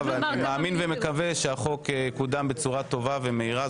אני מאמין ומקווה שהחוק יקודם בצורה טוב ומהירה.